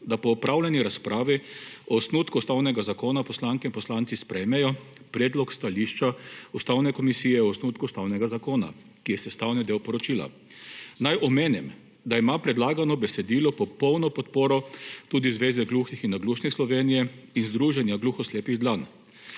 da po opravljeni razpravi o osnutku Ustavnega zakona poslanke in poslanci sprejmejo predlog stališča Ustavne komisije o osnutku Ustavnega zakona, ki je sestavni del poročila. Naj omenim, da ima predlagano besedilo popolno podporo tudi Zveze gluhih in naglušnih Slovenije in Združenja gluhoslepih Dlan.